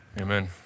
Amen